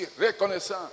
reconnaissant